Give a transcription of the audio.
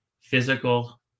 physical